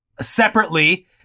separately